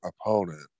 opponent